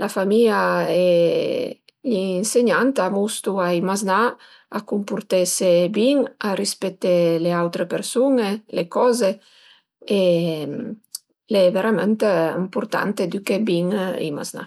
la famìa e i insegnant a mustu ai maznà a cumpurtese bin, a rispeté le autre persun-e, le coze e al e verament ëmpurtant edüché bin i maznà